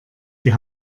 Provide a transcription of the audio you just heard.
die